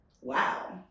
wow